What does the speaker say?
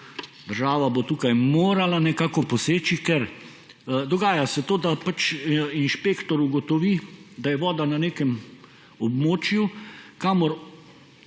Država bo tukaj morala nekako poseči, ker dogaja se to, da inšpektor ugotovi, da je voda na nekem območju, kamor